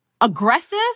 aggressive